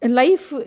life